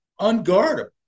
unguardable